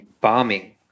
bombing